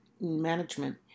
management